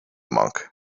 monk